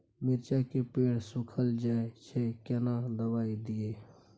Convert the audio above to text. मिर्चाय के पेड़ सुखल जाय छै केना दवाई दियै?